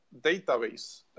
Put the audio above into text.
database